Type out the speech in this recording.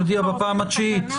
אני מודיע בפעם התשיעית.